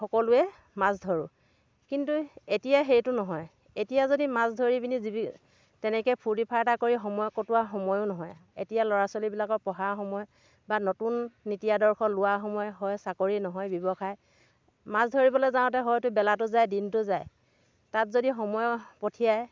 সকলোৱে মাছ ধৰোঁ কিন্তু এতিয়া সেইটো নহয় এতিয়া যদি মাছ ধৰি পিনি জীৱি তেনেকে ফূৰ্তি ফাৰ্তা কৰি সময় কটোৱা সময়ো নহয় এতিয়া ল'ৰা ছোৱালীবিলাকৰ পঢ়াৰ সময় বা নতুন নীতি আদৰ্শ লোৱাৰ সময় হয় চাকৰি নহয় ব্য়ৱসায় মাছ ধৰিবলৈ যাওঁতে হয়তো বেলাটো যায় দিনটো যায় তাত যদি সময় পঠিয়াই